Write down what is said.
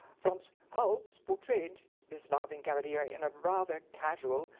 frans hals portrayed this laughing cavalier in a rather casual,